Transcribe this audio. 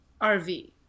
RV